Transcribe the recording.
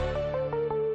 מתנגדים.